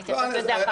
תודה.